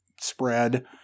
spread